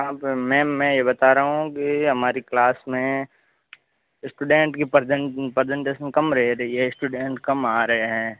कहाँ पर मैम मै यह बता रहा हूँ कि हमारी क्लास मे इस्टूडेंट की पर्सेंटज कम रह रही है स्टूडेंट्स कम आ रहे है